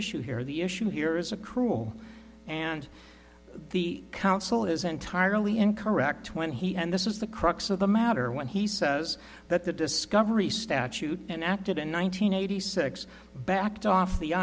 issue here the issue here is a cruel and the council is entirely incorrect when he and this is the crux of the matter when he says that the discovery statute and acted in one nine hundred eighty six backed off the